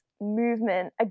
movement